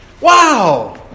Wow